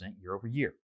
year-over-year